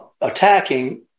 attacking